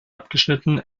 abgeschnitten